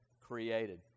created